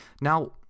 now